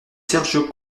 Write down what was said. sergio